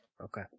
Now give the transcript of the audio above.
Okay